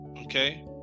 okay